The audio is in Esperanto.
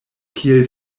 kiel